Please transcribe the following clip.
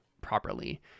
properly